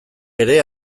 ere